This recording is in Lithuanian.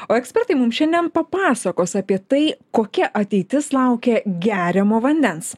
o ekspertai mum šiandien papasakos apie tai kokia ateitis laukia geriamo vandens